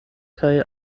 kaj